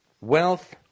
wealth